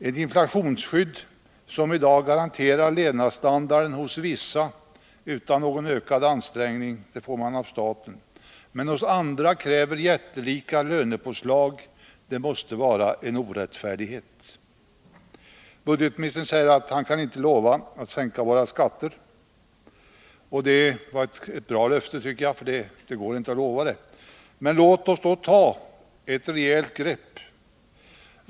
Ett inflationsskydd som i dag garanterar levnadsstandarden för vissa grupper utan någon ökad ansträngning — man får det av staten — men för andra kräver jättelika lönepåslag måste vara en orättfärdighet. Budgetministern säger att han inte kan lova att sänka våra skatter. Jag tycker det är ett bra uttalande, för det går inte att lova något sådant. Men låt oss ta ett rejält grepp.